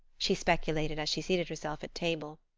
she speculated, as she seated herself at table.